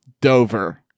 Dover